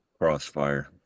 Crossfire